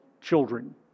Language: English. children